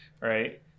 right